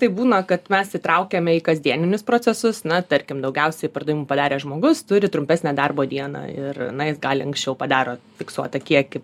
tai būna kad mes įtraukiame į kasdienius procesus na tarkim daugiausiai pardavimų padaręs žmogus turi trumpesnę darbo dieną ir na jis gali anksčiau padaro fiksuotą kiekį